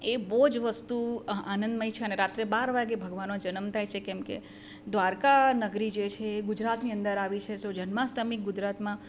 એ બહુ જ વસ્તુ આનંદ આનંદમય છે અને રાત્રે બાર વાગે ભગવાનનો જનમ થાય છે કેમ કે દ્વારકા નગરી જે છે એ ગુજરાતની અંદર આવી છે તો જન્માષ્ટમી ગુજરાતમાં